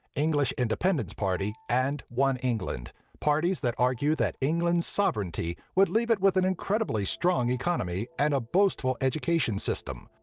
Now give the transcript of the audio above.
english independence party, and one england parties that argue that england's sovereignty would leave it with an incredibly strong economy and a boastful education system.